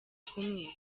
kumwe